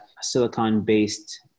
silicon-based